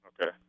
Okay